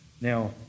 Now